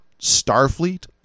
Starfleet